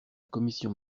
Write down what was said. commission